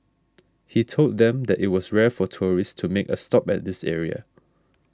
he told them that it was rare for tourists to make a stop at this area